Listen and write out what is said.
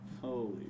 Holy